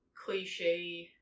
cliche